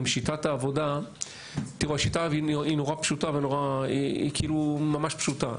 שיטת העבודה היא ממש פשוטה.